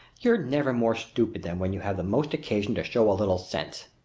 you're never more stupid than when you have the most occasion to show a little sense.